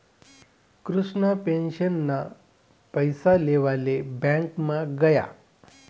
कृष्णा पेंशनना पैसा लेवाले ब्यांकमा गया